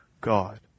God